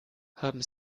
haben